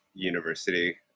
university